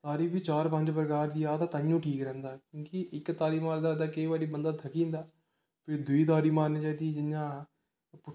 तारी बी चार पंज प्रकार दी आ ते तां गै ठीक रैंह्दा क्योंकि इक तारी मारदा केईं बारी बंदा थक्की जंदा फ्ही दूई तारी मारनी चाहिदी जियां